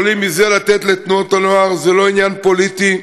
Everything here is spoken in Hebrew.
יכולים מזה לתת לתנועות נוער, זה לא עניין פוליטי.